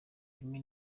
rimwe